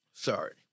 Sorry